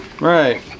Right